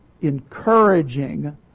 encouraging